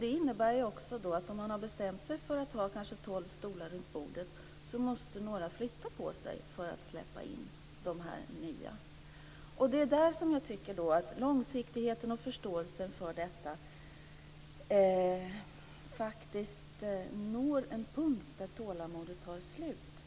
Det innebär ju också att om man har bestämt sig för att ha kanske tolv stolar runt bordet måste några flytta på sig för att släppa in de nya. Det är där jag tycker att långsiktigheten och förståelsen för detta faktiskt når en punkt där tålamodet tar slut.